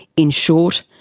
in short,